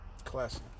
classic